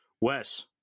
wes